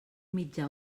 mitjà